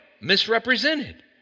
misrepresented